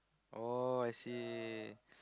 oh I see